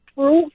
Proof